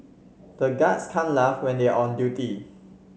the guards can't laugh when they are on duty